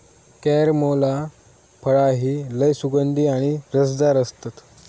carambola फळा ही लय सुगंधी आणि रसदार असतत